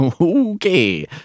Okay